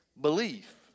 belief